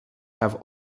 have